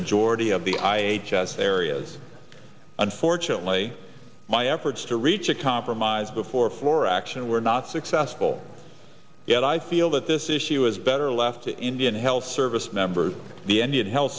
majority of the i just areas unfortunately my efforts to reach a compromise before floor action were not successful yet i feel that this issue is better left to indian health service members the any of health